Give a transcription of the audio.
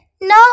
No